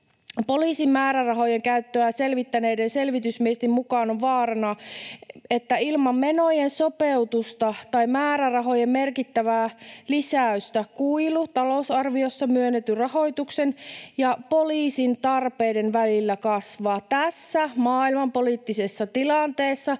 Poliisin määrärahojen käyttöä selvittäneiden selvitysmiesten mukaan on vaarana, että ilman menojen sopeutusta tai määrärahojen merkittävää lisäystä kuilu talousarviossa myönnetyn rahoituksen ja poliisin tarpeiden välillä kasvaa. Tässä maailmanpoliittisessa tilanteessa,